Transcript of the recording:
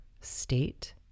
state